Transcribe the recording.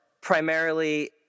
primarily